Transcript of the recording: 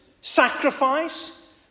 sacrifice